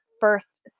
first